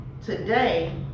today